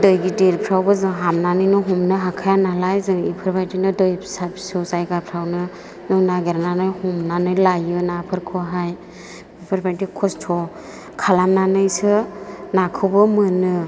दै गिदिरफोरावबो जों हाबनानैनो हमनो हाखाया नालाय जों बेफोरबायदिनो दै फिसा फिसौ जायगाफोरावनो नागिरनानै हमनानै लायो नाफोरखौहाय बेफोरबायदि खस्त' खालामनानैसो नाखौबो मोनो